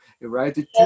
right